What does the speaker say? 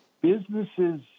businesses